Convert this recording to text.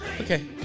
okay